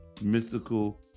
mystical